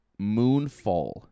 moonfall